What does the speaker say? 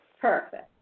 Perfect